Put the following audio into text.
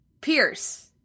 pierce